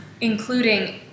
Including